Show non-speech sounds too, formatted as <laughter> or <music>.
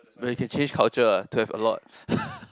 but you can change culture ah to have a lot <laughs>